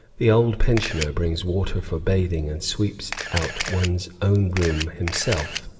the old pensioner brings water for bathing and sweeps out one's own room himself,